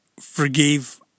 forgave